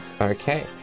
Okay